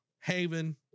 Haven